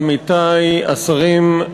עמיתי השרים,